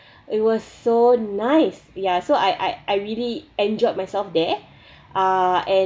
it was so nice ya so I I really enjoyed myself there uh and